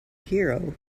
hero